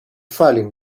率领